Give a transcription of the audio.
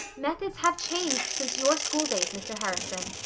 methods have changed since your schooldays, mr. harrison.